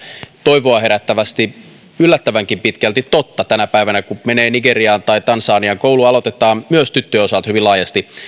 toivoa herättävästi yllättävänkin pitkälti totta tänä päivänä kun menee nigeriaan tai tansaniaan koulu aloitetaan myös tyttöjen osalta hyvin laajasti